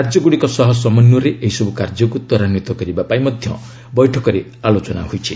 ରାଜ୍ୟଗୁଡ଼ିକ ସହ ସମନ୍ୱୟରେ ଏହିସବୁ କାର୍ଯ୍ୟକୁ ତ୍ୱରାନ୍ୱିତ କରିବା ପାଇଁ ମଧ୍ୟ ବୈଠକରେ ଆଲୋଚନା ହୋଇଛି